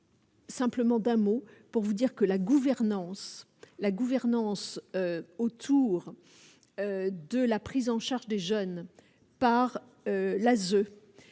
Simplement d'un mot pour vous dire que la gouvernance La gouvernance autour de la prise en charge des jeunes par l'ASE